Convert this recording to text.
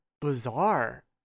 bizarre